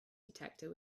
detector